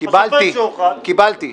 קיבלתי, קיבלתי.